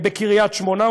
בקריית-שמונה,